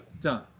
done